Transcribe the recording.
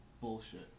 bullshit